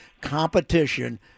competition